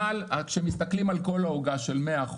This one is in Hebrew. כשמסתכלים על כל העוגה של 100%,